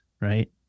right